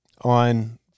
on